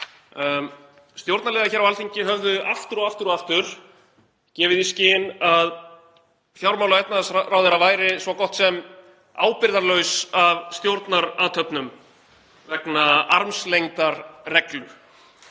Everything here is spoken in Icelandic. Stjórnarliðar hér á Alþingi höfðu aftur og aftur gefið í skyn að fjármála- og efnahagsráðherra væri svo gott sem ábyrgðarlaus af stjórnarathöfnum vegna armslengdarreglu